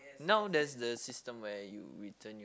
now there's the system where you return your